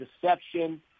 deception